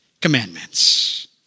commandments